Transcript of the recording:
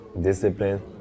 discipline